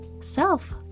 self